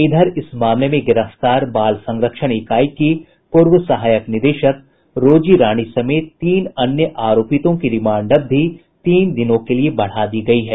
इधर इस मामले में गिरफ्तार बाल संरक्षण इकाई की पूर्व सहायक निदेशक रोजी रानी समेत तीन अन्य आरोपितों की रिमांड अवधि तीन दिनों के लिये बढ़ा दी गयी है